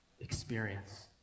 experience